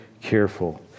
careful